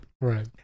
Right